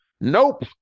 Nope